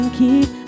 keep